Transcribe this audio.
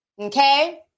Okay